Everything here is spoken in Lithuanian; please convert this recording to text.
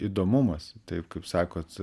įdomumas taip kaip sakot